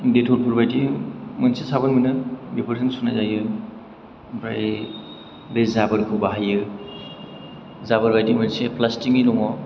देथल फोर बायदि मोनसे साबोन मोनो बेफोरजों सुनाय जायो ओमफ्राइ बे जाबोरखौ बाहायो जाबोर बायदि मोनसे फ्लासथिक नि दङ